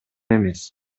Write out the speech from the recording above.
эмес